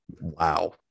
Wow